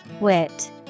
Wit